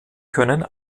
können